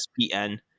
ESPN